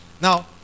Now